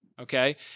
okay